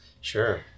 Sure